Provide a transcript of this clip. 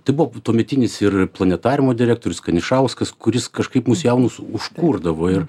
tai buvo tuometinis ir planetariumo direktorius kanišauskas kuris kažkaip mus jaunus užkurdavo ir